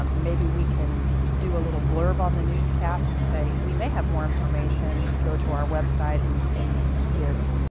um maybe we can do a little blurb on the news cast, and say we may have more information, go to our website and and give,